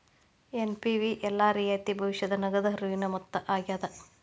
NPV ಎಲ್ಲಾ ರಿಯಾಯಿತಿ ಭವಿಷ್ಯದ ನಗದ ಹರಿವಿನ ಮೊತ್ತ ಆಗ್ಯಾದ